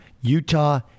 Utah